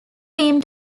seem